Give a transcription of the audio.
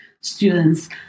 students